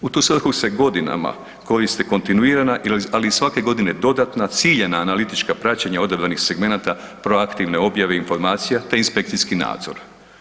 U tu svrhu se godinama koriste kontinuirana, ali i svake godine dodatna ciljana analitička praćenja odabranih segmenata proaktivne objave informacija, te inspekcijski nadzor.